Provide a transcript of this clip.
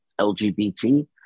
lgbt